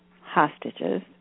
hostages